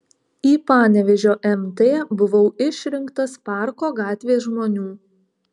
į panevėžio mt buvau išrinktas parko gatvės žmonių